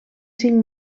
cinc